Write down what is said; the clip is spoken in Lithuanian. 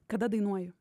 kada dainuoji